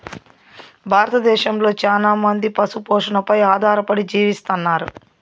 భారతదేశంలో చానా మంది పశు పోషణపై ఆధారపడి జీవిస్తన్నారు